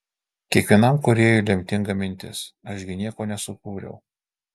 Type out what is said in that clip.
kiekvienam kūrėjui lemtinga mintis aš gi nieko nesukūriau